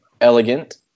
Elegant